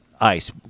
ice